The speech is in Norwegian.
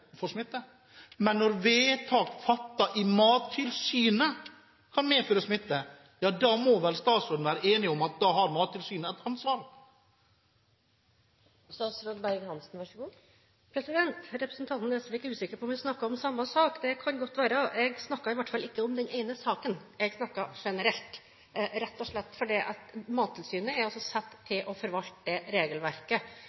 for Hustadvika, sier altså statsråden her at han ikke kan påregne noen kompensasjon. Da blir det meningsløst. Vi skal ikke stille offentlige midler til rådighet i forbindelse med at anlegg får smitte, men når vedtak fattet i Mattilsynet kan medføre smitte, må vel statsråden være enig i at da har Mattilsynet et ansvar? Representanten Nesvik er usikker på om vi snakker om samme sak – det kan godt være. Jeg snakker i hvert fall ikke om den ene saken. Jeg